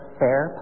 fair